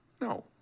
No